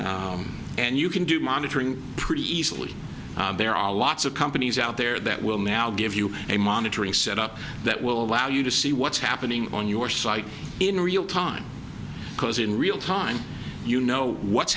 and you can do monitoring pretty easily there are lots of companies out there that will now give you a monitoring set up that will allow you to see what's happening on your site in real time because in real time you know what's